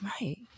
right